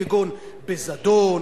כגון "בזדון",